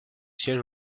siège